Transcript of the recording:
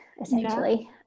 essentially